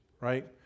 Right